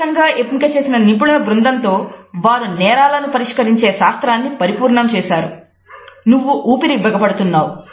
ప్రత్యేకంగా ఎంపిక చేసిన నిపుణుల బృందంతో వారు నేరాలను పరిష్కరించే శాస్త్రాన్ని పరిపూర్ణం చేశారు నువ్వు ఊపిరిని బిగపడుతున్నావు